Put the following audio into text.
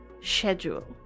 schedule